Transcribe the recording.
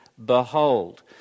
behold